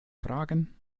fragen